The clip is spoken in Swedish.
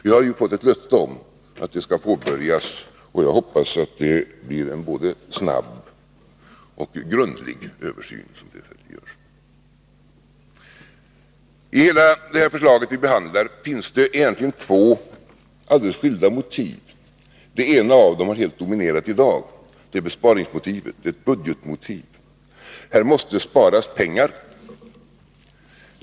Vi har nu fått löfte om att ett sådant arbete skall påbörjas, och jag hoppas att det blir en både snabb och grundlig översyn. I det förslag som vi nu behandlar finns egentligen två alldeles skilda motiv. Det ena har helt dominerat debatten i dag, och det är besparingsmotivet, ett budgetmotiv — här måste sparas pengar.